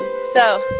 so